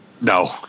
No